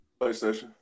PlayStation